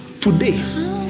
today